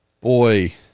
boy